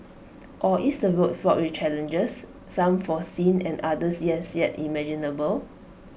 or is the road fraught with challenges some foreseen and others yes yet imaginable